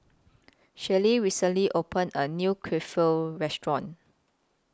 Shelli recently opened A New Restaurant